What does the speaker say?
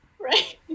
Right